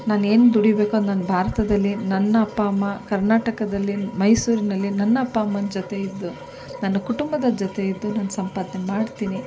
ನಾನು ಏನು ದುಡಿಬೇಕೋ ಅದು ನಾನು ಭಾರತದಲ್ಲೇ ನನ್ನ ಅಪ್ಪ ಅಮ್ಮ ಕರ್ನಾಟಕದಲ್ಲಿ ಮೈಸೂರಿನಲ್ಲಿ ನನ್ನ ಅಪ್ಪ ಅಮ್ಮನ ಜೊತೆ ಇದ್ದು ನನ್ನ ಕುಟುಂಬದ ಜೊತೆ ಇದ್ದು ನಾನು ಸಂಪಾದನೆ ಮಾಡ್ತೀನಿ